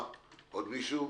עוד מישהו?